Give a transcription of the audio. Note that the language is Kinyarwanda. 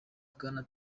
bwana